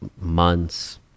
months